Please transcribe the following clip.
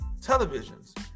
televisions